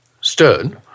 Stern